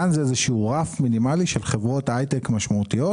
כאן זה איזשהו רף מינימלי של חברות הייטק משמעותיות